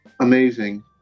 amazing